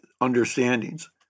understandings